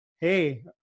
Hey